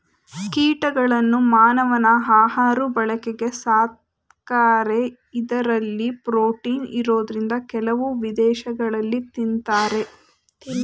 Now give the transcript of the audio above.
ಕೀಟಗಳನ್ನ ಮಾನವನ ಆಹಾಋ ಬಳಕೆಗೆ ಸಾಕ್ತಾರೆ ಇಂದರಲ್ಲಿ ಪ್ರೋಟೀನ್ ಇರೋದ್ರಿಂದ ಕೆಲವು ವಿದೇಶಗಳಲ್ಲಿ ತಿನ್ನತಾರೆ